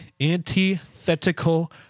Antithetical